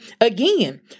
Again